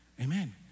Amen